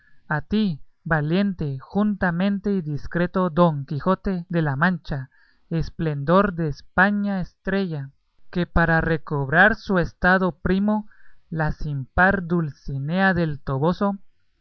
a ti valiente juntamente y discreto don quijote de la mancha esplendor de españa estrella que para recobrar su estado primo la sin par dulcinea del toboso